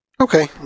Okay